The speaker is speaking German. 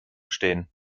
stehen